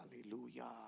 Hallelujah